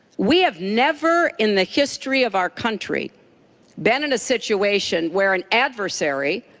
we have never in the history of our country been in a situation where an adversary,